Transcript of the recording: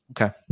Okay